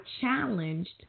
challenged